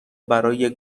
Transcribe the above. برای